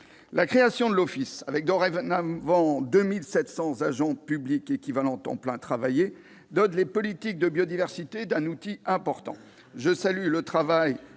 La création de l'office, avec dorénavant 2 700 agents publics équivalents temps plein travaillés, dote les politiques de biodiversité d'un outil important.